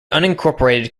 unincorporated